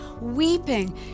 weeping